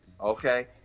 Okay